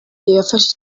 yafashe